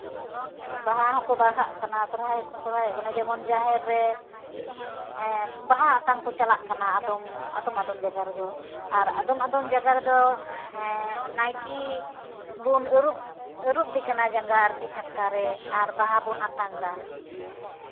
ᱵᱟᱦᱟ ᱦᱚᱸᱠᱚ ᱵᱟᱦᱟᱜ ᱠᱟᱱᱟ ᱥᱚᱨᱦᱟᱭ ᱦᱚᱸᱠᱚ ᱥᱚᱨᱦᱟᱭᱚᱜ ᱠᱟᱱᱟ ᱡᱮᱢᱚᱱ ᱡᱟᱦᱮᱨ ᱨᱮ ᱵᱟᱦᱟ ᱟᱛᱟᱝ ᱠᱚ ᱪᱟᱞᱟᱜ ᱠᱟᱱᱟ ᱟᱫᱚᱢ ᱟᱫᱚᱢ ᱡᱟᱭᱜᱟ ᱨᱮᱫᱚ ᱟᱨ ᱟᱫᱚᱢ ᱟᱫᱚᱢ ᱡᱟᱭᱜᱟ ᱨᱮᱫᱚ ᱦᱮᱸ ᱱᱟᱭᱠᱮ ᱵᱚᱱ ᱟᱹᱨᱩᱵᱫᱮ ᱠᱟᱱᱟ ᱡᱟᱝᱜᱟ ᱟᱨᱠᱤ ᱪᱷᱟᱴᱠᱟᱨᱮ ᱟᱨ ᱵᱟᱦᱟ ᱵᱚᱱ ᱟᱛᱟᱝ ᱮᱫᱟ